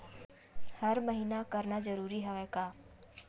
हर महीना करना जरूरी हवय का?